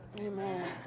Amen